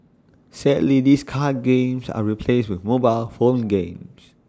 sadly these card games are replaced with mobile phone games